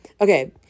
Okay